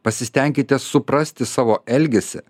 pasistenkite suprasti savo elgesį